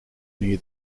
near